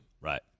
Right